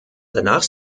danach